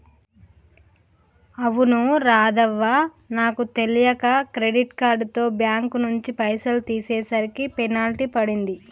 అవును రాధవ్వ నాకు తెలియక క్రెడిట్ కార్డుతో బ్యాంకు నుంచి పైసలు తీసేసరికి పెనాల్టీ పడింది